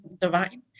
divine